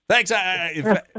Thanks